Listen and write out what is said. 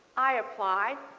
i applied,